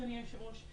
אדוני היושב ראש,